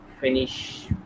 finish